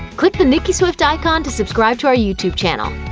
click the nicki swift icon to subscribe to our youtube channel.